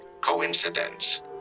coincidence